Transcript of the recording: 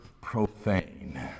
profane